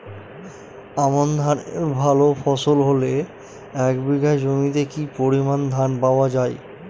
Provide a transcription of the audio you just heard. আমন ধানের ভালো ফলন হলে এক বিঘা জমিতে কি পরিমান ধান পাওয়া যায়?